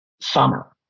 summer